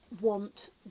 want